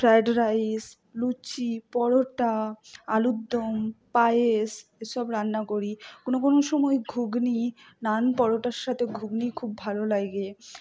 fried rice luchi paratha আলুর দম পায়েস এ সব রান্না করি কোনো কোনো সময় ঘুগনি নান পরোটার সাথে ঘুগনি খুব ভালো লাগে